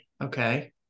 Okay